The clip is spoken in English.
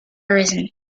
arisen